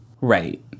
Right